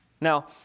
Now